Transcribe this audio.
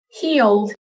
healed